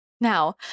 now